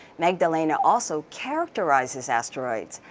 magdalena also characterizes asteroids.